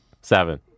Seven